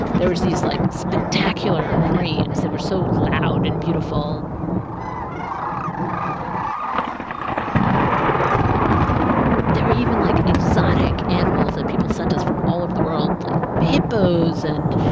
there was these, like, spectacular cranes that were so loud and beautiful um there were even, like, exotic animals that people sent us from all over the world, like hippos and.